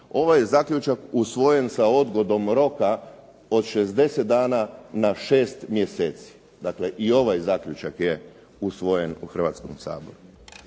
Ovaj je zaključak usvojen sa odgodom roka od 60 dana na 6 mjeseci, dakle i ovaj zaključak je usvojen u Hrvatskom saboru.